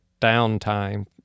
downtime